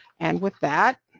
and with that,